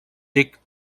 dick